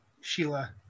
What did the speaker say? Sheila